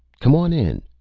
c'mon in.